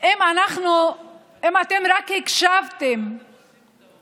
שאנחנו נלחמים אחד בשני,